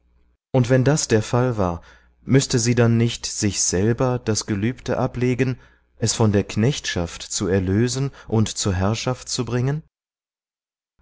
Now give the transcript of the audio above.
und wenn das der fall war müßte sie dann nicht sich selber das gelübde ablegen es von der knechtschaft zu erlösen und zur herrschaft zu bringen